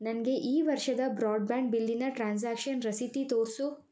ನನಗೆ ಈ ವರ್ಷದ ಬ್ರಾಡ್ಬ್ಯಾಂಡ್ ಬಿಲ್ಲಿನ ಟ್ರಾನ್ಸಾಕ್ಷನ್ ರಸೀತಿ ತೋರಿಸು